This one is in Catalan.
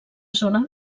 zona